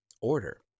order